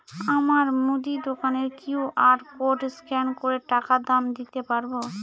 আমার মুদি দোকানের কিউ.আর কোড স্ক্যান করে টাকা দাম দিতে পারব?